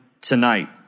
tonight